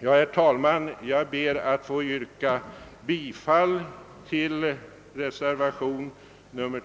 Herr talman! Jag ber att få yrka bifall till reservationen